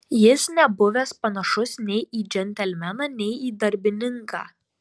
jis nebuvęs panašus nei į džentelmeną nei į darbininką